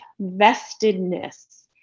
vestedness